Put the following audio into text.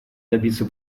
добиться